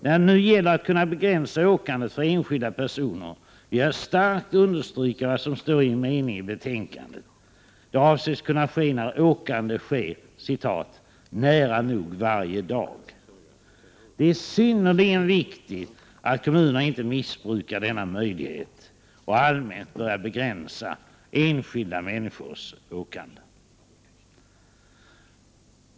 När det nu gäller att kunna begränsa åkandet för enskilda personer, vill jag starkt understryka vad som står i en mening i betänkandet, nämligen att det avses kunna ske när åkande sker ”nära nog varje dag”. Det är synnerligen viktigt att kommunerna inte missbrukar denna möjlighet och allmänt börjar begränsa enskilda människors åkande.